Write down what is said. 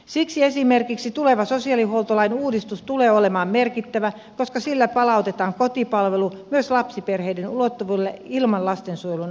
siksi esimerkiksi tuleva sosiaalihuoltolain uudistus tulee olemaan merkittävä koska sillä palautetaan kotipalvelu myös lapsiperheiden ulottuville ilman lastensuojelun asiakkuutta